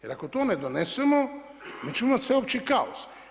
Jer ako to ne donesemo mi ćemo imati sveopći kaos.